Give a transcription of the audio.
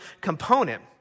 component